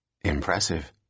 Impressive